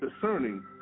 discerning